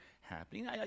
happening